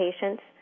patients